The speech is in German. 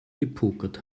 gepokert